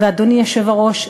ואדוני היושב-ראש,